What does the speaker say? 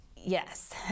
Yes